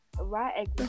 Right